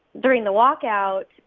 during the walkout,